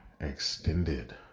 extended